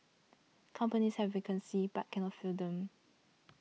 companies have vacancies but cannot fill them